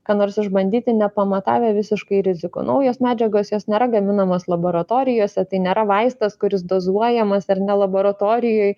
ką nors išbandyti nepamatavę visiškai rizikų naujos medžiagos jos nėra gaminamos laboratorijose tai nėra vaistas kuris dozuojamas ir ne laboratorijoj